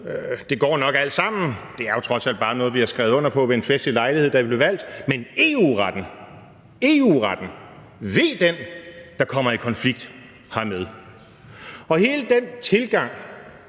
det går nok alt sammen, det er jo trods alt bare noget, vi har skrevet under på ved en festlig lejlighed, da vi blev valgt – men ve den, der kommer i konflikt med EU-retten. Hele den tilgang